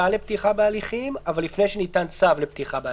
לפתיחה בהליכים אבל לפני שניתן צו לפתיחה בהליכים.